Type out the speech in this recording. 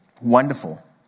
wonderful